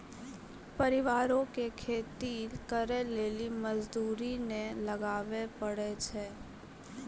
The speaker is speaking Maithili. परिवारो के खेती करे लेली मजदूरी नै लगाबै पड़ै छै